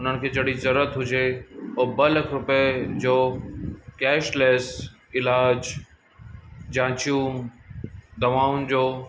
हुननि खे जॾहिं ज़रूरत हुजे हो ॿ लख रुपए जो कैश लेस इलाजु जांचियूं दवाउनि जो